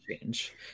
change